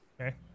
Okay